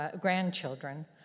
grandchildren